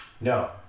No